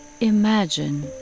imagine